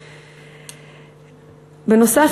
בנוסף,